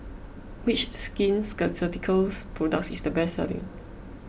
which Skin Ceuticals products is the best selling